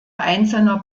einzelner